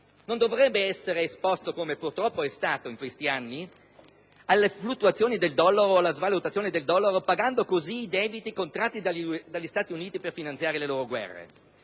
non dovrebbe essere esposto, come purtroppo è stato in questi anni, alle fluttuazioni del dollaro, pagando così i debiti contratti dagli Stati Uniti per finanziare le loro guerre.